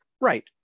Right